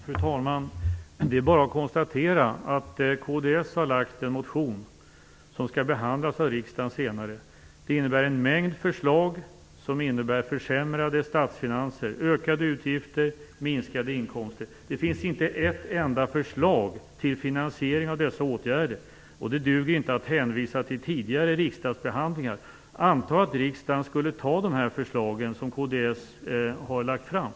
Fru talman! Det är bara att konstatera att kds har väckt en motion som skall behandlas av riksdagen senare. Den innehåller en mängd förslag som innebär försämrade statsfinanser, ökade utgifter och minskade inkomster. Det finns inte ett enda förslag till finansiering av dessa åtgärder, och det duger inte att hänvisa till tidigare riksdagsbehandlingar. Antag att riksdagen skulle anta de förslag som kds har lagt fram!